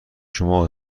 شما